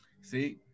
See